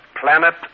Planet